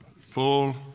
full